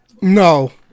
No